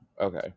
okay